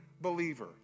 believer